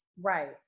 right